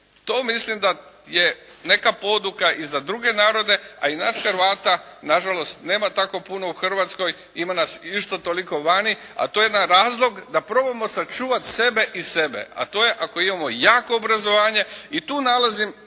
To mislim da je neka poduka i za druge narode, a i nas Hrvata nažalost nema tako puno u Hrvatskoj. Ima nas isto toliko vani a to je jedan razlog da probamo sačuvati sebe i sebe, a to je ako imamo jako obrazovanje i tu nalazim